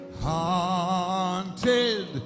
Haunted